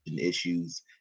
issues